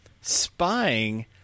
spying